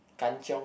Kan Chiong